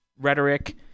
rhetoric